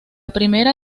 primera